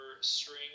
string